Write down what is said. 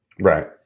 Right